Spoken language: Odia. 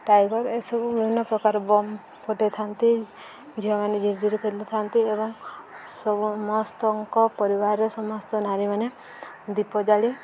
ଟାଇଗର ଏସବୁ ବିଭିନ୍ନ ପ୍ରକାର ବମ୍ ଫୁଟାଇଥାନ୍ତି ଝିଅମାନେ ଝିରିଝିରି ଖେଳିଥାନ୍ତି ଏବଂ ସମସ୍ତଙ୍କ ପରିବାରରେ ସମସ୍ତ ନାରୀମାନେ ଦୀପ ଜାଳି